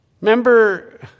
Remember